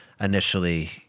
initially